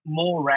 more